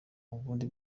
ubundi